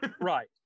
Right